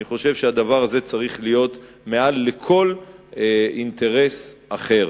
אני חושב שהדבר הזה צריך להיות מעל לכל אינטרס אחר.